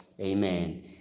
Amen